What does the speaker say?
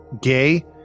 gay